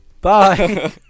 Bye